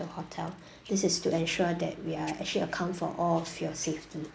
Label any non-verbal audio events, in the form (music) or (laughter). the hotel (breath) this is to ensure that we are actually account for all of your safety